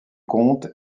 conte